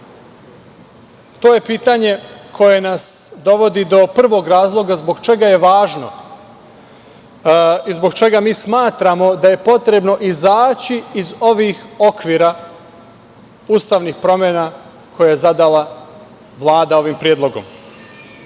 To je pitanje koje nas dovodi do prvog razloga zbog čega je važno i zbog čega mi smatramo da je potrebno izaći iz ovih okvira ustavnih promena koje je zadala Vlada ovim predlogom? Mi